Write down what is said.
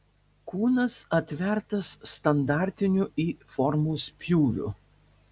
kūnas atvertas standartiniu y formos pjūviu